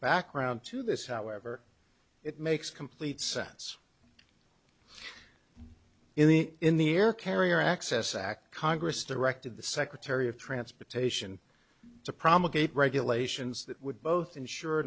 background to this however it makes complete sense in the in the air carrier access act congress directed the secretary of transportation to promulgated regulations that would both ensure